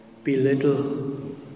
Belittle